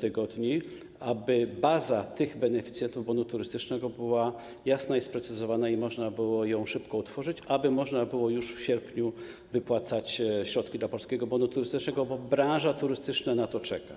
tygodni - aby baza tych beneficjentów bonu turystycznego była jasno sprecyzowana i można było ją szybko utworzyć, aby można było już w sierpniu wypłacać środki w ramach Polskiego Bonu Turystycznego, bo branża turystyczna na to czeka.